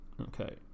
Okay